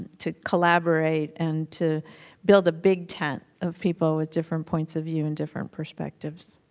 to collaborate and to build a big tent of people with different points of view and different perspectives.